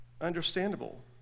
understandable